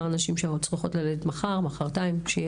שנשים שצריכות ללדת מחר מחרתיים כבר יהיה